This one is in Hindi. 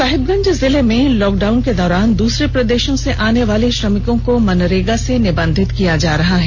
साहिबगंज जिले में लॉकडाउन के दौरान दसरे प्रदेषों से आने वाले श्रमिकों को मनरेगा से निबंधित किया जा रहा है